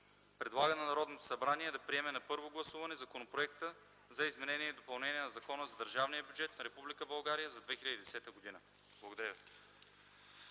Предлага на Народното събрание да приеме на първо гласуване Законопроекта за изменение и допълнение на Закона за държавния бюджет на Република България